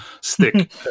stick